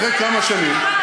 אחרי כמה שנים,